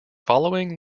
following